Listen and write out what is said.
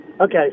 Okay